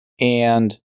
And-